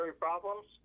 problems